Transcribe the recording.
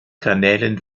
kanälen